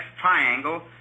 triangle